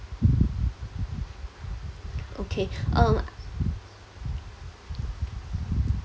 okay um